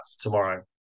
tomorrow